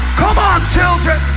come on children